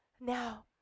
now